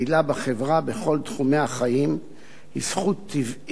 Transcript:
בחברה בכל תחומי החיים היא זכות טבעית,